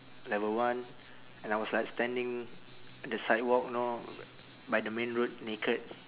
level one and I was like standing at the sidewalk know by the main road naked